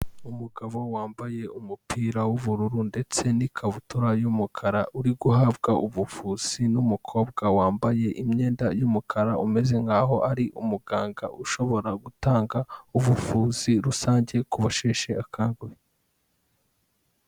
Umugabo wambaye umupira w'ubururu ndetse n'ikabutura y'umukara, uri guhabwa ubuvuzi n'umukobwa wambaye imyenda y'umukara, umeze nk'aho ari umuganga ushobora gutanga ubuvuzi rusange kubasheshe akanguhe.